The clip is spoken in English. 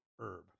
herb